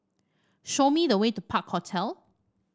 show me the way to Park Hotel